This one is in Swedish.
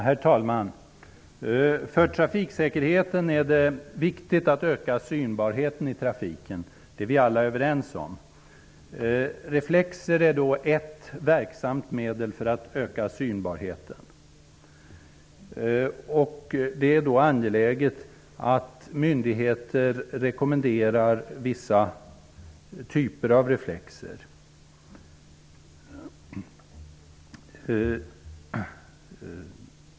Herr talman! Det är viktigt för trafiksäkerheten att synbarheten i trafiken ökar. Detta är vi alla överens om. Reflexer är ett verksamt medel för att öka synbarheten. Därför är det angeläget att myndigheter rekommenderar vissa typer av reflexer.